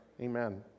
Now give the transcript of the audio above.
amen